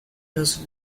los